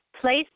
Place